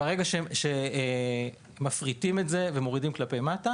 ברגע שמפריטים את זה ומורידים כלפי מטה